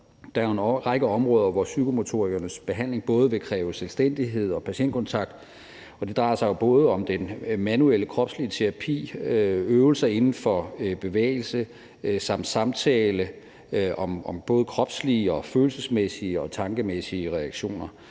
Der er jo en række områder, hvor psykomotorikernes behandling både vil kræve selvstændighed og patientkontakt, og det drejer sig både om den manuelle kropslige terapi, øvelser inden for bevægelse samt samtale om både kropslige og følelsesmæssige og tankemæssige reaktioner.